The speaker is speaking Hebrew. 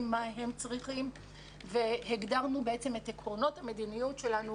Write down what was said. ומה הם צריכים והגדרנו את עקרונות המדיניות שלנו.